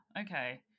okay